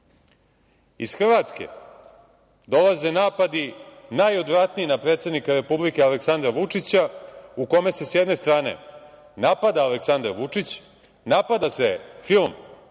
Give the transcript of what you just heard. Iz Hrvatske dolaze napadi najodvratniji na predsednika Republike, Aleksandra Vučića, u kome s jedne strane napada Aleksandar Vučić, napada se film,